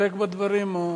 להסתפק בדברים או,